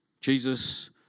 Jesus